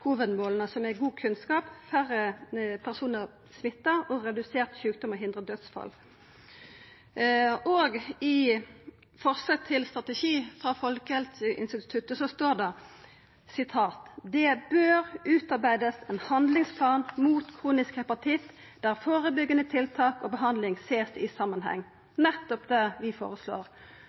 som er god kunnskap, færre personar smitta og å redusera sjukdom og hindra dødsfall. I forslaget til strategi frå Folkehelseinstituttet står det: «Det bør utarbeides en handlingsplan mot kronisk hepatitt der forebyggende tiltak og behandling ses i sammenheng.» Det er nettopp det vi